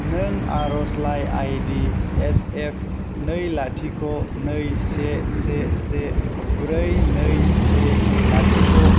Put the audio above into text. नों आर'जलाइ ID S F नै लाथिख' नै से से से ब्रै नै से लाथिख'